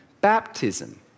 baptism